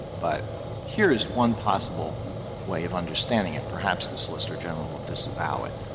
but here is one possible way of understanding it, perhaps the solicitor general will disavow it,